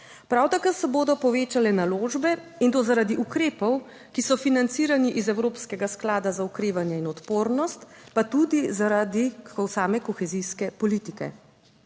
Prav tako se bodo povečale naložbe in to zaradi ukrepov, ki so financirani iz evropskega sklada za okrevanje in odpornost, pa tudi zaradi same kohezijske politike.